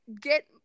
get